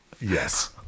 Yes